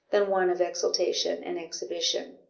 than one of exultation and exhibition.